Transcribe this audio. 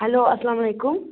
hello اسلام علیکُم